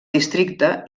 districte